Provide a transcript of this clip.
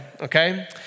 okay